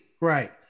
Right